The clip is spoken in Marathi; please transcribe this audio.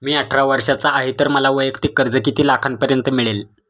मी अठरा वर्षांचा आहे तर मला वैयक्तिक कर्ज किती लाखांपर्यंत मिळेल?